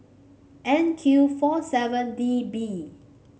N Q four seven D B